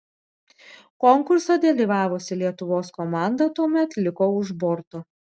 konkurse dalyvavusi lietuvos komanda tuomet liko už borto